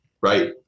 Right